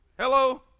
Hello